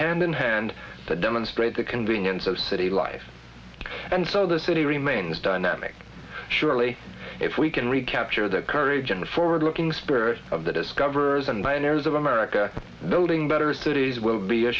hand in hand to demonstrate the convenience of city life and so the city remains dynamic surely if we can recapture the courage and the forward looking spirit of the discoverers and miners of america building better cities will be a